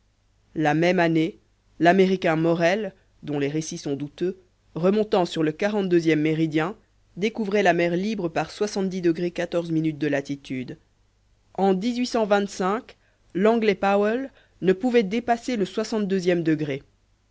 la même année l'américain morrel dont les récits sont douteux remontant sur le quarante deuxième méridien découvrait la mer libre par de latitude en l'anglais powell ne pouvait dépasser le soixante deuxième degré